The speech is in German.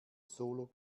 solo